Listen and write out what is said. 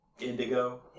Indigo